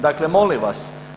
Dakle, molim vas.